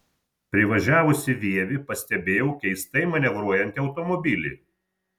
privažiavusi vievį pastebėjau keistai manevruojantį automobilį